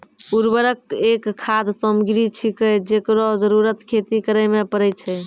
उर्वरक एक खाद सामग्री छिकै, जेकरो जरूरत खेती करै म परै छै